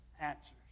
answers